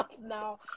now